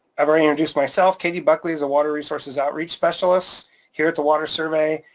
i've already introduced myself, katie buckley is a water resources outreach specialists here at the water survey,